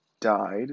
died